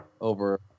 over